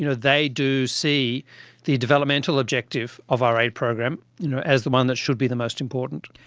you know they do see the developmental objective of our aid program you know as the one that should be the most important.